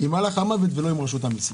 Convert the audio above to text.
עם מלאך המוות ולא עם רשות המיסים.